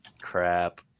Crap